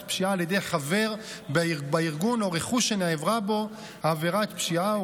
פשיעה על ידי חבר בארגון או רכוש שנעברה בו עבירת פשיעה או